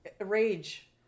rage